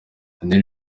lionel